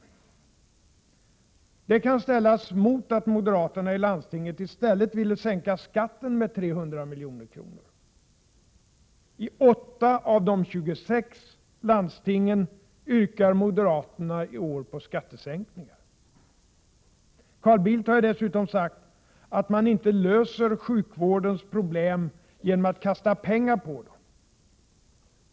Detta kan ställas mot att moderaterna i landstinget ville sänka skatten med 300 milj.kr. I 8 av de 26 landstingen yrkar moderaterna i år på skattesänkningar. Carl Bildt har ju dessutom sagt att man inte löser sjukvårdens problem ”genom att kasta pengar på dem”.